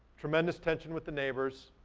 tremendous tension with the neighbors.